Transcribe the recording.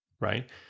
right